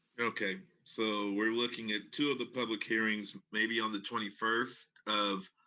okay, so we're looking at two of the public hearings maybe on the twenty first of